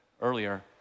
earlier